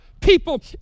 people